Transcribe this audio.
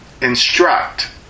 Instruct